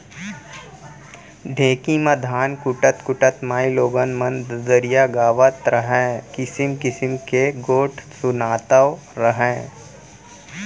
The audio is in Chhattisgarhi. ढेंकी म धान कूटत कूटत माइलोगन मन ददरिया गावत रहयँ, किसिम किसिम के गोठ सुनातव रहयँ